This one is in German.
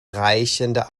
reichende